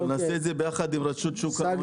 נעשה את זה ביחד עם רשות שוק ההון.